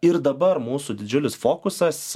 ir dabar mūsų didžiulis fokusas